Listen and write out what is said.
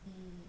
mm